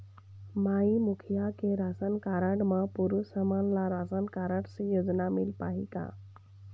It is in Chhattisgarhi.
माई मुखिया के राशन कारड म पुरुष हमन ला राशन कारड से योजना मिल पाही का?